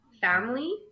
family